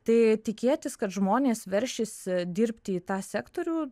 tai tikėtis kad žmonės veršis dirbti į tą sektorių nu